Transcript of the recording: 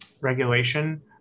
regulation